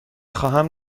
خواهم